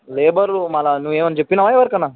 labour మళ్ళా నువ్వు ఏమన్న చెప్పినావా ఎవరికన్నా